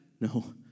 No